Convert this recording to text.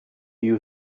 you